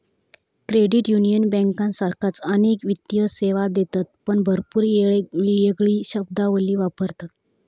credit union बँकांसारखाच अनेक वित्तीय सेवा देतत पण भरपूर येळेक येगळी शब्दावली वापरतत